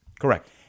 Correct